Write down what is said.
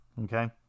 okay